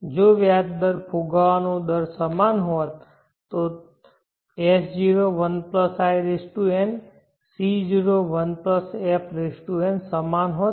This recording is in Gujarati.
જો વ્યાજ દર અને ફુગાવાનો દર સમાન હોત તો S01i n C01f n સમાન હોત